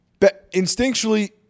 instinctually